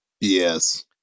Yes